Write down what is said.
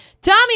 Tommy